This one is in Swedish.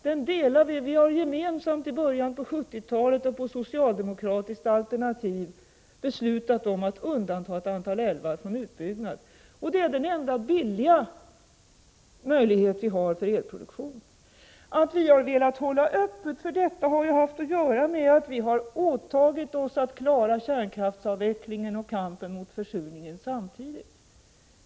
Denna önskan delar vi, vi har gemensamt i början av 1970-talet och på socialdemokratiskt initiativ beslutat om att undanta ett antal älvar från utbyggnad. Och det är den enda billiga möjlighet vi har för elproduktion. Att vi har velat hålla öppet för detta har ju haft att göra med att vi har åtagit oss att klara kärnkraftsavvecklingen och kampen mot försurningen samtidigt.